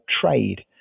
trade